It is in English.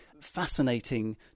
fascinating